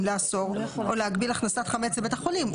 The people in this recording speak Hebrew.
לאסור או להגביל הכנסת חמץ לבית החולים.